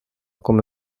come